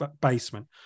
basement